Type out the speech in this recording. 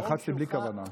לחצתי בלי כוונה.